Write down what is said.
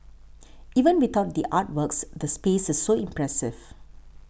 even without the artworks the space is so impressive